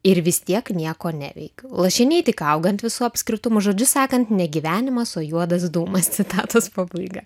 ir vis tiek nieko neveikiu lašiniai tik auga ant visų apskritumų žodžiu sakant ne gyvenimas o juodas dūmas citatos pabaiga